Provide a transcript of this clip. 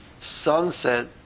sunset